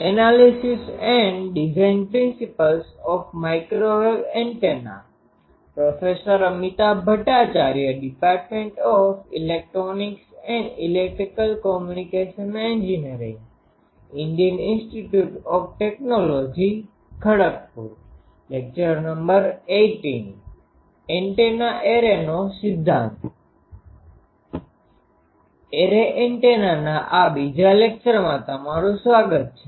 array એન્ટેનાના આ બીજા લેકચરમાં તમારું સ્વાગત છે